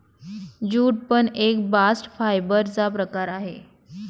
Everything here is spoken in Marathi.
ज्यूट पण एक बास्ट फायबर चा प्रकार आहे